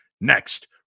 next